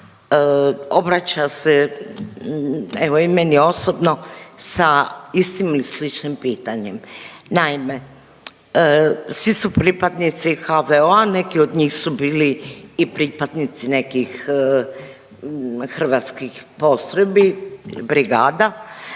obraća se evo i meni osobno sa istim ili sličnim pitanjem. Naime, svi su pripadnici HVO-a, neki od njih su bili i pripadnici nekih hrvatskih postrojbi, brigada,